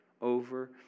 over